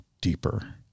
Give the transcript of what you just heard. deeper